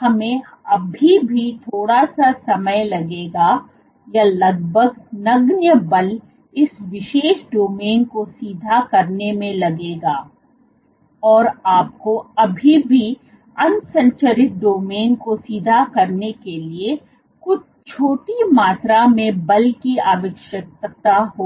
हमें अभी भी थोड़ा सा समय लगेगा या लगभग नगण्य बल इस विशेष डोमिन को सीधा करने में लगेगा और आपको अभी भी असंरचित डोमेन को सीधा करने के लिए कुछ छोटी मात्रा में बल की आवश्यकता होगी